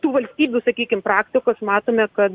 tų valstybių sakykim praktikos matome kad